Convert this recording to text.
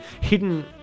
hidden